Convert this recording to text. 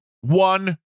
one